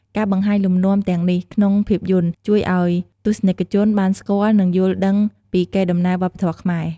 ការបង្ហាញលំនាំទាំងនេះក្នុងភាពយន្ត ជួយឱ្យទស្សនិកជនបានស្គាល់ និងយល់ដឹងពីកេរដំណែលវប្បធម៌ខ្មែរ។